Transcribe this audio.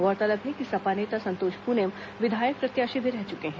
गौरतलब है कि सपा नेता संतोष पुनेम विधायक प्रत्याशी भी रह चुके हैं